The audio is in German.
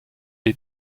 die